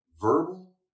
verbal